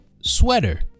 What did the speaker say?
sweater